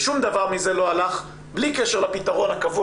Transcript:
ושום דבר מזה לא הלך בלי קשר לפתרון הקבוע